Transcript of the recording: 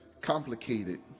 complicated